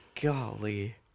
Golly